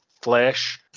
Flash